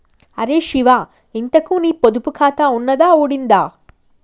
అరే శివా, ఇంతకూ నీ పొదుపు ఖాతా ఉన్నదా ఊడిందా